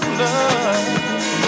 love